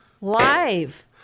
live